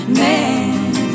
man